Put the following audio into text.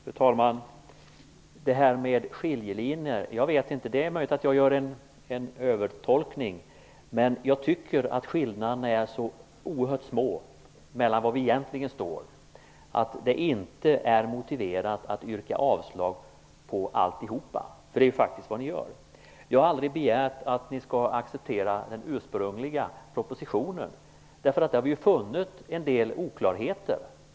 Fru talman! När det gäller detta med skiljelinjer är det möjligt att jag gör en övertolkning, men jag tycker att skillnaden mellan våra egentliga positioner är så oerhört liten att det inte är motiverat att yrka avslag på alltihop. Det är faktiskt vad ni gör. Jag har aldrig begärt att ni skall acceptera den ursprungliga propositionen. Där har vi ju funnit en del oklarheter.